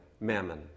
mammon